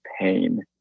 pain